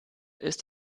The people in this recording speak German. ist